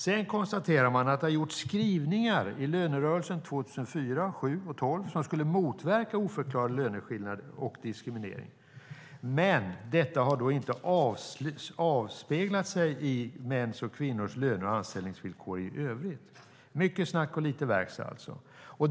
Sedan konstaterar man att det har gjorts skrivningar i lönerörelserna 2004, 2007 och 2012 som skulle motverka oförklarade löneskillnader och diskriminering. Men detta har inte avspeglat sig i mäns och kvinnors löner och anställningsvillkor i övrigt. Det är alltså mycket snack och lite verkstad.